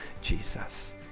Jesus